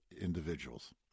individuals